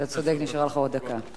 אתה צודק, נשארה לך עוד דקה.